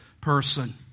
person